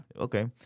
Okay